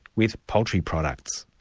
with poultry products.